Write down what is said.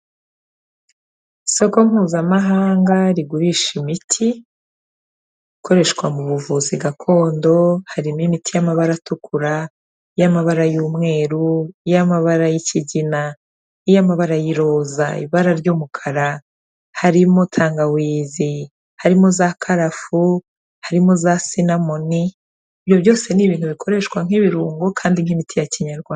Isoko mpuzamahanga rigurisha imiti, ikoreshwa mu buvuzi gakondo, harimo: imiti y'amabara atukura, iy'amabara y'umweru, iy'amabara y'ikigina, iy'amabara y'iroza, ibara ry'umukara, harimo tangawizi, harimo za karafu, harimo za sinamoni, ibyo byose ni ibintu bikoreshwa nk'ibirungo kandi by'imiti ya Kinyarwanda.